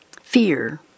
fear